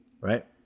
right